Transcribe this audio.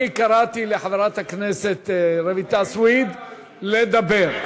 חברים, אני קראתי לחברת הכנסת רויטל סויד לדבר.